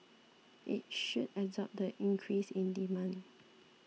it should absorb the increase in demand